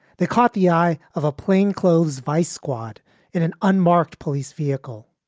they caught the eye of a plain clothes vice squad in an unmarked police vehicle.